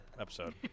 episode